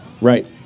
Right